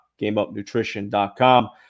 GameUpNutrition.com